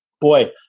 boy